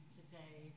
today